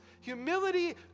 Humility